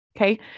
Okay